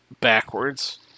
backwards